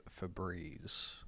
Febreze